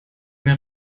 mehr